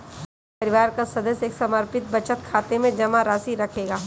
एक परिवार का सदस्य एक समर्पित बचत खाते में जमा राशि रखेगा